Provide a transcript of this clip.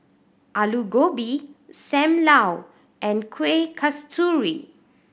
Aloo Gobi Sam Lau and Kueh Kasturi